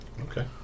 Okay